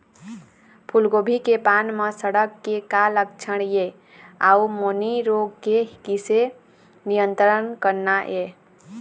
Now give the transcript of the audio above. फूलगोभी के पान म सड़न के का लक्षण ये अऊ मैनी रोग के किसे नियंत्रण करना ये?